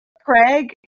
Craig